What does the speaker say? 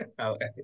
Okay